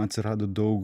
atsirado daug